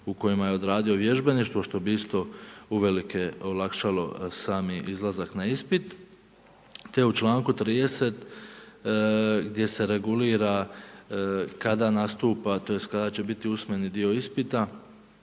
u kojima je odradio vježbeništvo, što bi isto uvelike olakšalo sami izlazak na ispit. Te u čl. 30. gdje se regulira, kada nastupa, tj. kada će biti usmeni dio ispita,